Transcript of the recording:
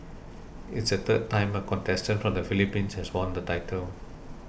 it's the third time a contestant from the Philippines has won the title